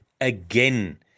again